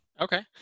Okay